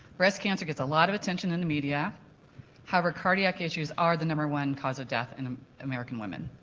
breast cancer gets a lot of attention in the media however cardiac issues are the number one cause of death in and um american women.